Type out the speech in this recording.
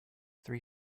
three